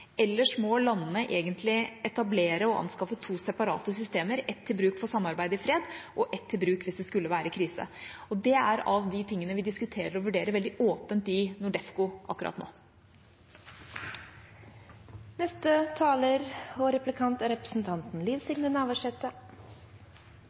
Ellers må landene egentlig etablere og anskaffe to separate systemer, ett til bruk for samarbeid i fred og ett til bruk hvis det skulle være krise. Det er av de tingene vi diskuterer og vurderer veldig åpent i NORDEFCO akkurat